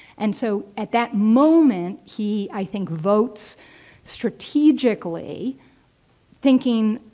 and so, at that moment he, i think, votes strategically thinking,